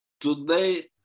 today